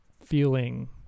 feeling